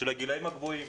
יש לכם קו מקווקו.